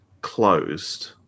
closed